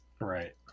Right